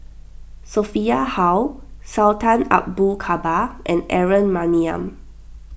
Sophia Hull Sultan Abu Bakar and Aaron Maniam